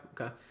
Okay